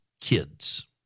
kids